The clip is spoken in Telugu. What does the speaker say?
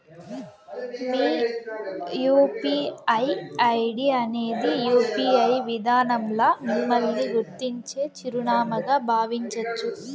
మీ యూ.పీ.ఐ ఐడీ అనేది యూ.పి.ఐ విదానంల మిమ్మల్ని గుర్తించే చిరునామాగా బావించచ్చు